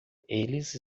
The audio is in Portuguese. eles